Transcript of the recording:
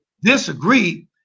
disagree